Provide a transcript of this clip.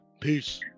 Peace